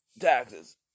taxes